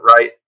right